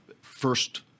first